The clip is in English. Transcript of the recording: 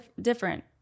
different